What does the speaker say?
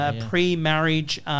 pre-marriage